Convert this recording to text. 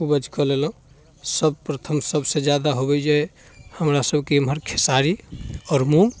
उपज कऽ लेलहुँ सर्वप्रथम सबसँ ज्यादा होबै जे हमरासबके एम्हर खेसारी आओर मूँग